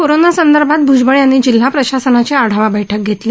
कोरोनासंदर्भात भ्जबळ यांनी जिल्हा प्रशासनाची आढावा बैठक घेतली